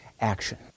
action